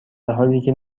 حالیکه